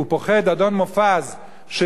הוא פוחד, אדון מופז יושב-ראש המפלגה.